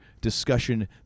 discussion